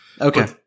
Okay